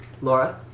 Laura